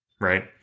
right